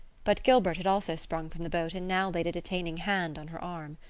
but gilbert had also sprung from the boat and now laid a detaining hand on her arm.